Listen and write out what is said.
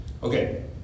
Okay